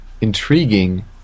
intriguing